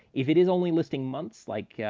if it is only listing months, like, yeah